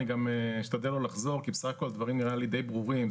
אני אשתדל לא לחזור כי בסך הכול הדברים די ברורים.